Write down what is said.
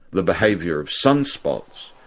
the behaviour of sunspots,